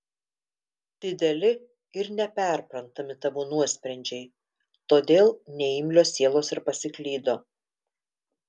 dideli ir neperprantami tavo nuosprendžiai todėl neimlios sielos ir pasiklydo